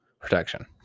protection